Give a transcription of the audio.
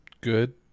good